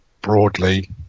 broadly